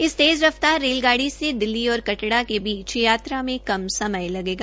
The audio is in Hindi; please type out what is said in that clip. इस तेज र फ्तार रेल गाड़ी से दिल्ली और कटरा के बीच का यात्रा में कम समय लेगा